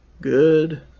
Good